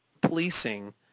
policing